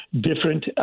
different